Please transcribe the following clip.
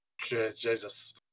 Jesus